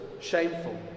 shameful